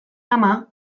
ama